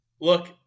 Look